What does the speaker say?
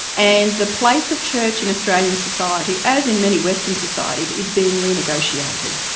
and the place of church in australian society, as in many western societies, is being renegotiated.